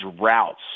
routes